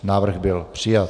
Návrh byl přijat.